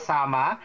Sama